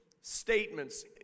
statements